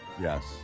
Yes